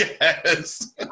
Yes